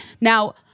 Now